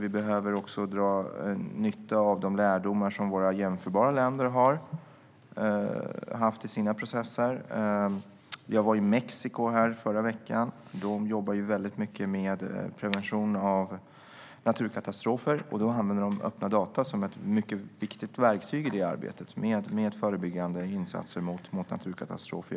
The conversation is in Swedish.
Vi behöver också dra nytta av de lärdomar som våra jämförbara länder har dragit i sina processer. Jag var i Mexiko förra veckan, där man jobbar mycket med prevention av naturkatastrofer. Då handlar det om öppna data som ett mycket viktigt verktyg i detta arbete med förebyggande insatser mot naturkatastrofer.